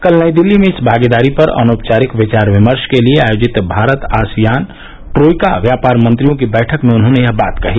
कल नई दिल्ली में इस भागीदारी पर अनौपचारिक विचार विमर्श के लिए आयोजित भारत आसियान ट्रोइका व्यापार मंत्रियों की बैठक में उन्होंने यह बात कही